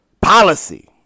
policy